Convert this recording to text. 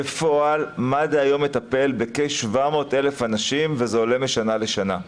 בפועל מד"א היום מטפל ב-700,000 אנשים וזה עולה משנה לשנה.